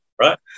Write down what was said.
right